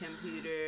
computer